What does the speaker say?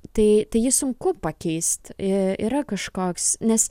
tai jį sunku pakeist i yra kažkoks nes